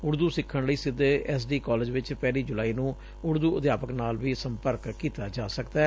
ਉਰਦੁ ਸਿੱਖਣ ਲਈ ਸਿੱਧੇ ਐਸ ਡੀ ਕਾਲਜ ਵਿਚ ਪਹਿਲੀ ਜੁਲਾਈ ਨੂੰ ਉਰਦੂ ਅਧਿਆਪਕ ਨਾਲ ਵੀ ਸੰਪਰਕ ਕੀਡਾ ਜਾ ਸਕਦੈ